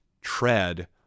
tread